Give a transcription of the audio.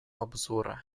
обзора